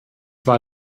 war